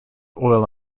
oil